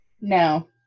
no